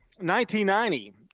1990